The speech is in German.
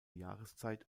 jahreszeit